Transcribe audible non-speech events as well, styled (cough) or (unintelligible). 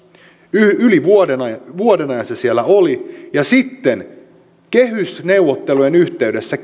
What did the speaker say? yli vuoden ajan se siellä oli ja sitten kehysneuvottelujen yhteydessä (unintelligible)